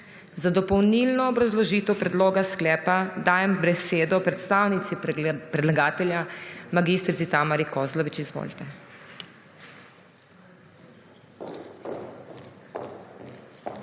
Za dopolnilno obrazložitev predloga sklepa dajem besedo predstavnici predlagatelja mag. Tamari Kozlovič. Izvolite.